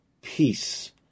peace